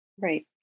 Right